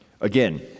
Again